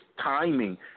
timing